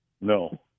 No